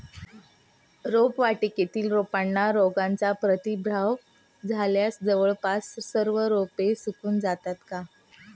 रोपवाटिकेतील रोपांना रोगाचा प्रादुर्भाव झाल्यास जवळपास सर्व रोपे सुकून जातात का?